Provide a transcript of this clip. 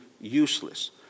useless